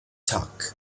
tuck